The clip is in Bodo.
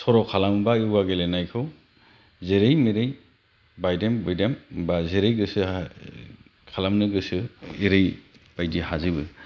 सर' खालमोबा य'गा गेलेनायखौ जेरै मेरै बायदेम गुइडेम बा जेरै गोसो हा खालामनो गोसो एरैबायदि हाजोबो